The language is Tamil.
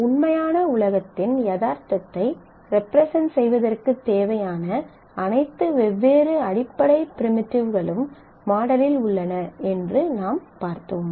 உண்மையான உலகத்தின் யதார்த்தத்தை ரெப்ரெசென்ட் செய்வதற்குத் தேவையான அனைத்து வெவ்வேறு அடிப்படை பிரிமிடிவ்களும் மாடலில் உள்ளன என்று நாம் பார்த்தோம்